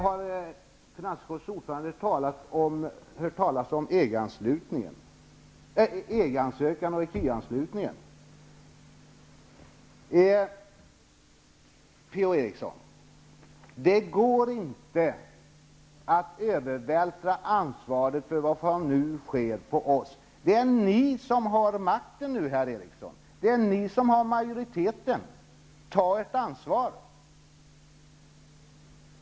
Har finansutskottet ordförande hört talas om EG Det går inte, P-O Eriksson, att övervältra ansvaret för vad som nu sker på oss. Det är ni som har makten nu, herr Eriksson. Det är ni som har majoriteten. Ta ert ansvar!